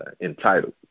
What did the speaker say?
entitled